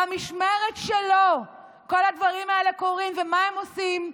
במשמרת שלו כל הדברים האלה קורים, ומה הם עושים?